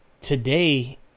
today